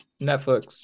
Netflix